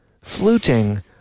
fluting